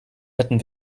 hätten